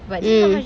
mm